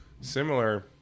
similar